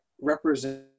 represent